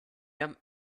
them